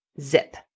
zip